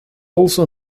also